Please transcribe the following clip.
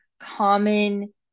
common